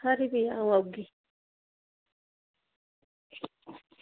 खरी फ्ही अं'ऊ औगी